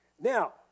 Now